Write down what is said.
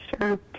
Sure